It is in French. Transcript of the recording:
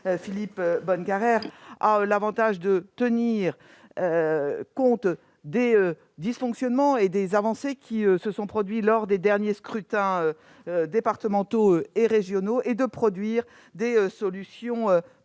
Philippe Bonnecarrère ont l'avantage de tenir compte des dysfonctionnements et des avancées qui se sont produits lors des derniers scrutins départementaux et régionaux, et d'avancer des solutions